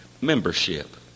membership